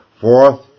Fourth